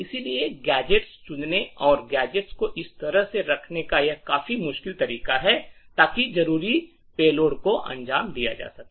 इसलिए गैजेट्स चुनने और गैजेट्स को इस तरह से रखने का यह काफी मुश्किल तरीका है ताकि जरूरी पेलोड को अंजाम दिया जा सके